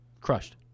Crushed